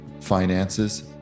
finances